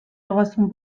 ogasun